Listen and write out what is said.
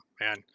man